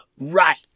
Right